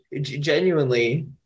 genuinely